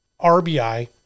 RBI